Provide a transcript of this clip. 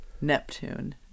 Neptune